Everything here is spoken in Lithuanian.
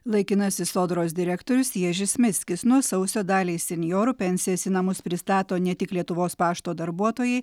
laikinasis sodros direktorius ježis miskis nuo sausio daliai senjorų pensijas į namus pristato ne tik lietuvos pašto darbuotojai